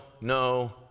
no